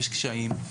יש קשיים.